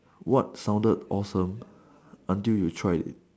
what sounded awesome until now try it